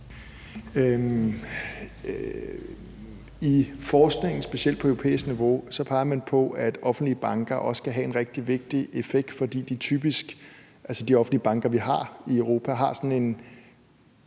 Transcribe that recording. I forskningen, specielt på europæisk niveau, peger man på, at offentlige banker også skal have en rigtig vigtig effekt, fordi de typisk, altså de offentlige banker, vi har i Europa, har sådan en